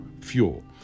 fuel